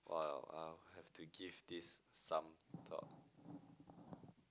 !wow! I'll have to give this some thought